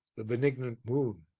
the benignant moon,